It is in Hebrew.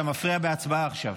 אתה מפריע בהצבעה עכשיו.